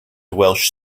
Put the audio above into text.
welsh